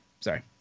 Sorry